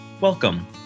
Welcome